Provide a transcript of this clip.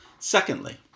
Secondly